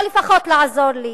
או לפחות לעזור לי,